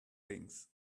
things